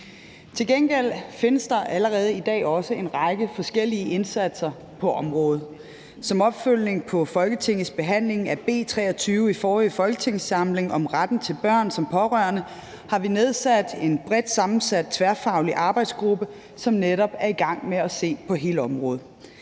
Til gengæld findes der allerede i dag også en række forskellige indsatser på området. Som opfølgning på Folketingets behandling af B 23 i forrige folketingssamling om retten til børn som pårørende har vi nedsat en bredt sammensat tværfaglig arbejdsgruppe, som netop er i gang med at se på hele området.